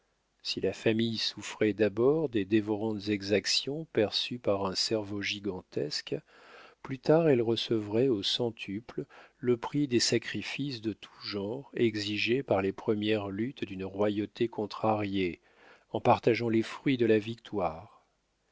si la famille souffrait d'abord des dévorantes exactions perçues par un cerveau gigantesque plus tard elle recevrait au centuple le prix des sacrifices de tout genre exigés par les premières luttes d'une royauté contrariée en partageant les fruits de la victoire